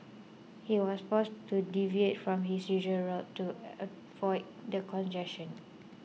he was forced to deviate from his usual route to avoid the congestion